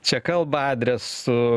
čia kalba adresu